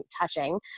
touching